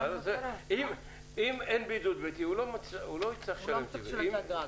אם אין בידוד ביתי הוא לא צריך לשלם את האגרה.